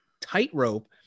tightrope